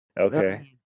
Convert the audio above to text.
Okay